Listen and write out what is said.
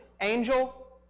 angel